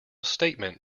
statement